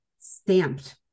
stamped